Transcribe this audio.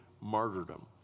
martyrdom